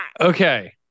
Okay